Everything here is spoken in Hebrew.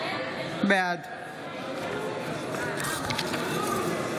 בעד סגנית